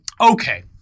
okay